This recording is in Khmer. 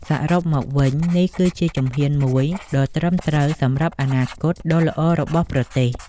សរុបមកវិញ នេះគឺជាជំហានមួយដ៏ត្រឹមត្រូវសម្រាប់អនាគតដ៏ល្អរបស់ប្រទេស។